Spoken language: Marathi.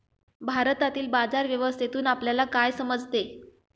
भारतातील बाजार व्यवस्थेतून आपल्याला काय समजते?